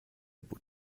بود